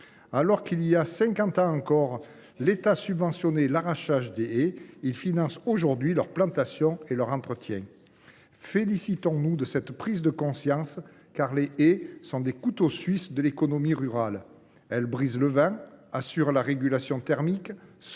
Alors qu’il y a cinquante ans encore, l’État subventionnait l’arrachage des haies, il finance aujourd’hui leur plantation et leur entretien. Félicitons nous de cette prise de conscience, car les haies sont des couteaux suisses de l’économie rurale. Elles brisent le vent, assurent la régulation thermique,